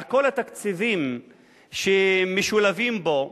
על כל התקציבים שמשולבים בו,